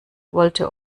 wollte